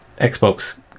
Xbox